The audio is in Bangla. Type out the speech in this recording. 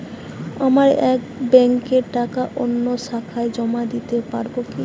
আমার এক ব্যাঙ্কের টাকা অন্য শাখায় জমা দিতে পারব কি?